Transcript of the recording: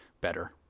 better